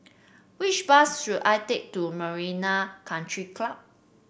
which bus should I take to Marina Country Club